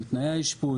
עם תנאי האשפוז,